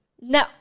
No